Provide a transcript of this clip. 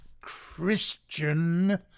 Christian